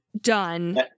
done